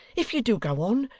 if you do go on,